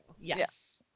Yes